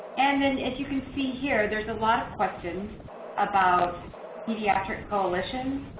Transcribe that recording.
and then if you can see here, there's a lot of questions about pediatric coalitions,